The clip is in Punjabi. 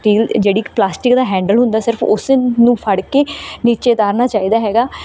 ਸਟੀਲ ਜਿਹੜੀ ਇੱਕ ਪਲਾਸਟਿਕ ਦਾ ਹੈਂਡਲ ਹੁੰਦਾ ਸਿਰਫ ਉਸੇ ਨੂੰ ਫੜ ਕੇ ਨੀਚੇ ਉਤਾਰਨਾ ਚਾਹੀਦਾ ਹੈਗਾ